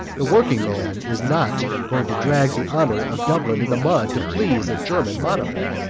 the working-man is not going to drag the honour of dublin in the mud to please a german monarch.